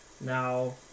Now